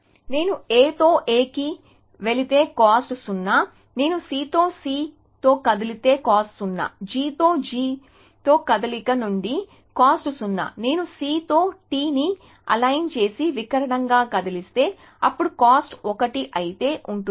నేను A తో A కి వెళితే కాస్ట్ 0 నేను C తో C తో కదిలితే కాస్ట్ 0 G తో G తో కదలిక నుండి కాస్ట్ 0 నేను C తో T ని అలైన్ చేసి వికర్ణంగా కదిలిస్తే అప్పుడు కాస్ట్ 1 అయితే ఉంటుంది